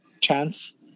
chance